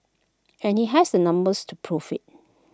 and he has the numbers to prove IT